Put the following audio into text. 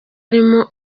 arimo